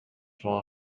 чоң